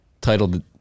titled